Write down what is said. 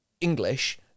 English